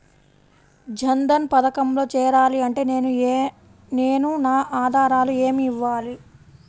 జన్ధన్ పథకంలో చేరాలి అంటే నేను నా ఆధారాలు ఏమి ఇవ్వాలి?